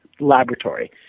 laboratory